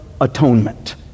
Atonement